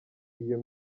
iyo